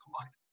combined